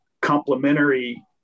complementary